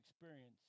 experience